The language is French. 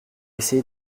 essayer